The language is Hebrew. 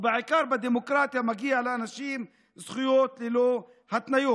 ובעיקר בדמוקרטיה מגיעות לאנשים זכויות ללא התניות.